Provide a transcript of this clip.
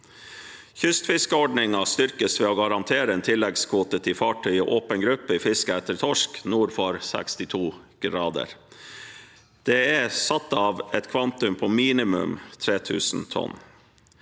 Kystfiskeordningen styrkes ved å garantere en tilleggskvote til fartøy i åpen gruppe i fisket etter torsk nord for 62 grader. Det er satt av et kvantum på minimum 3 000 tonn.